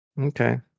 okay